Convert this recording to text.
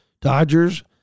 Dodgers